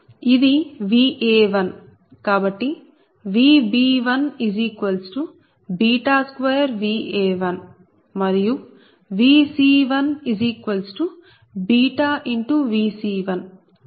ఇది Va1 కాబట్టి Vb12Va1 మరియు Vc1βVc1